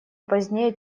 позднее